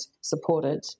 supported